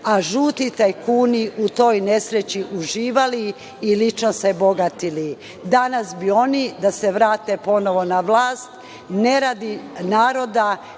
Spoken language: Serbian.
a žuti tajkuni u toj nesreći uživali i lično se bogatili. Danas bi oni da se vrate ponovo vlast ne radi naroda,